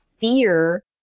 fear